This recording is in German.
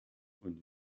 und